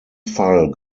fall